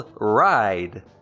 ride